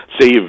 save